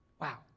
Wow